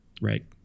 Right